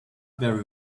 very